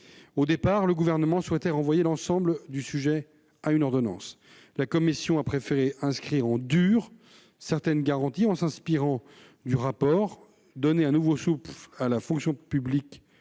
Au départ, le Gouvernement souhaitait renvoyer l'ensemble du sujet à une ordonnance. La commission a préféré inscrire « en dur » certaines garanties en s'inspirant du rapport de Catherine Di Folco et de